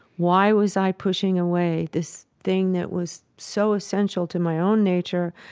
why was i pushing away this thing that was so essential to my own nature,